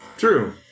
True